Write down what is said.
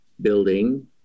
building